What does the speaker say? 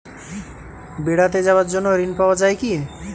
বেড়াতে যাওয়ার জন্য ঋণ পাওয়া যায় কি?